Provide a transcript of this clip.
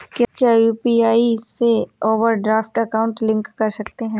क्या यू.पी.आई से overdraft account link कर सकते हैं?